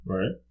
Right